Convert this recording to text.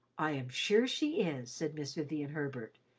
i am sure she is, said miss vivian herbert.